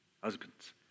husbands